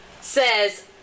says